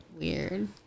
weird